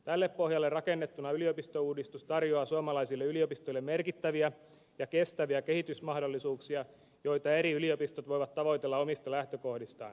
tälle pohjalle rakennettuna yliopistouudistus tarjoaa suomalaisille yliopistoille merkittäviä ja kestäviä kehitysmahdollisuuksia joita eri yliopistot voivat tavoitella omista lähtökohdistaan